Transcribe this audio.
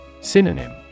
Synonym